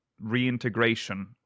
reintegration